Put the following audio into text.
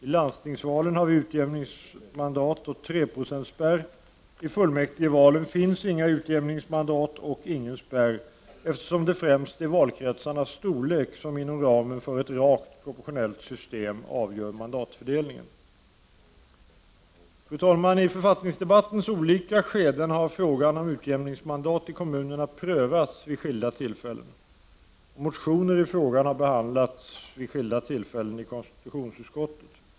I landstingsvalen finns utjämningsmandat och treprocentsspärr. I kommunfullmäktigevalen finns inga utjämningsmandat och ingen spärr, eftersom det främst är valkretsarnas storlek som inom ramen för ett rakt proportionellt system avgör mandatfördelningen. Fru talman! I författningsdebattens olika skeden har frågan om utjämningsmandat i kommunerna prövats vid skilda tillfällen, och motioner i frågan har flera gånger behandlats i konstitutionsutskottet.